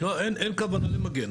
אין כוונה למגן,